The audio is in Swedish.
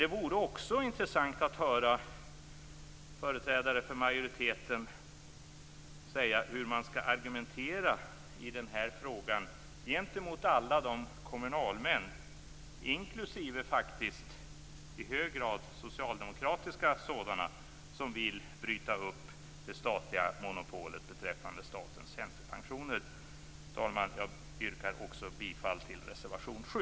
Det vore också intressant att höra företrädare för majoriteten säga hur man skall argumentera i den här frågan gentemot alla de kommunalmän, inklusive i hög grad socialdemokratiska sådana, som vill bryta upp det statliga monopolet för statens tjänstepensioner. Herr talman! Jag yrkar bifall till reservation 7.